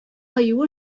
кыю